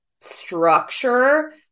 structure